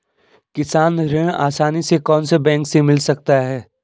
किसान ऋण आसानी से कौनसे बैंक से मिल सकता है?